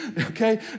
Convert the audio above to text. okay